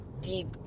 deep